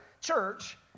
church